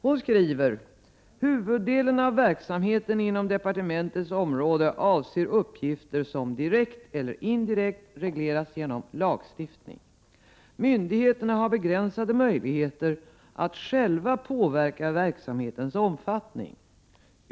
Hon skriver: ”Huvuddelen av verksamheten inom justitiedepartementets verksamhetsområde avser uppgifter som direkt eller indirekt regleras genom lagstiftning. Myndigheterna har begränsade möjligheter att själva påverka verksamhetens omfattning.